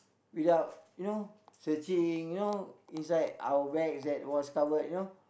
without you know searching you know inside our bags that was covered you know